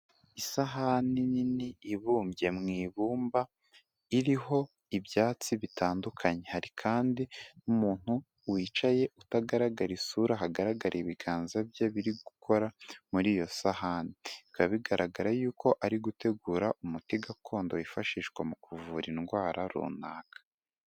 Isahani nini ibumbye mu ibumba, iriho ibyatsi bitandukanye, hari kandi n'umuntu wicaye utagaragara isura hagaragara ibiganza bye biri gukora muri iyo sahani, bikaba bigaragara yuko ari gutegura umuti gakondo wifashishwa mu kuvura indwara runaka.